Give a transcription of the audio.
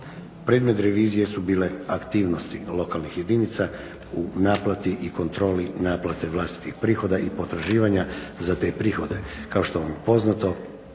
Predmet revizije su bile aktivnosti lokalnih jedinica u naplati i kontroli naplate vlastitih prihoda i potraživanja za te prihode. Kao što vam je poznato